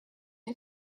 had